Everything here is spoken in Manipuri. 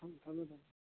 ꯊꯝꯃꯦ ꯊꯝꯃꯦ